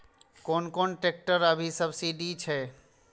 कोन कोन ट्रेक्टर अभी सब्सीडी छै?